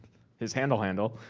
his handle, handle.